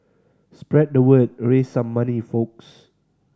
spread the word raise some money folks